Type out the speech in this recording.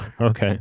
Okay